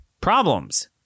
problems